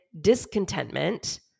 discontentment